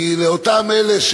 כי לאותם אלה,